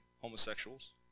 homosexuals